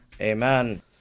Amen